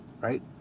right